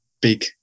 big